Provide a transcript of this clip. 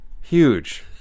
Huge